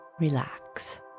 Relax